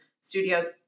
studios